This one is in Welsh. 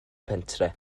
pentre